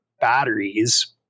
batteries